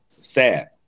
sad